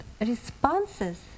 responses